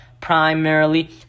primarily